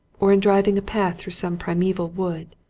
or in driving a path through some primeval wood.